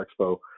Expo